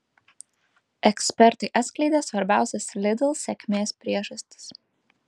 ekspertai atskleidė svarbiausias lidl sėkmės priežastis